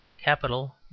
capital